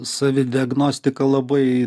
savidiagnostika labai